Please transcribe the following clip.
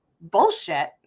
bullshit